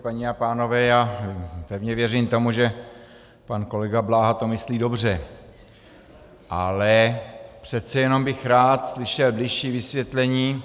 Paní a pánové, já pevně věřím tomu, že pan kolega Bláha to myslí dobře, ale přece jenom bych rád slyšel bližší vysvětlení.